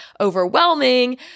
overwhelming